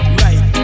right